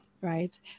right